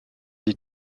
des